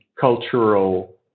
cultural